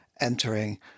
entering